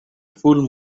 full